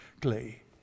clay